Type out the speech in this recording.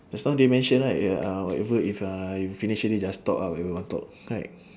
just now they mention right ya whatever if uh if finish already just talk ah whatever we want talk right